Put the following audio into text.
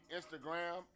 Instagram